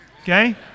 okay